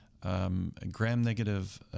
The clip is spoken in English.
Gram-negative